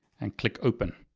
and click open.